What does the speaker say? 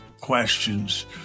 questions